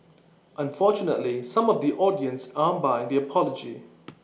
unfortunately some of the audience aren't buying the apology